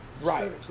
Right